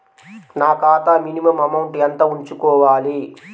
నా ఖాతా minimum amount ఎంత ఉంచుకోవాలి?